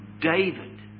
David